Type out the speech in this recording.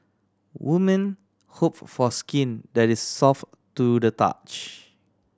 women hope for skin that is soft to the touch